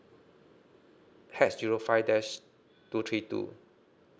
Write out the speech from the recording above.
hatch zero five dash two three two